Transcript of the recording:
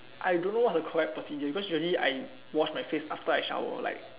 I don't know what's the correct procedure because usually I wash my face after I shower like